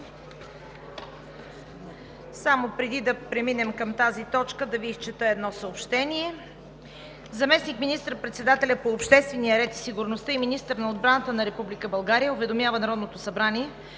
г. Преди да преминем към тази точка, да Ви изчета едно съобщение: Заместник министър-председателят по обществения ред и сигурността и министър на отбраната на Република България уведомява Народното събрание,